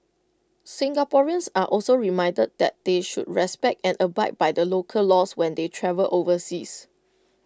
Singaporeans are also reminded that they should respect and abide by the local laws when they travel overseas